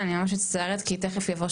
דיון.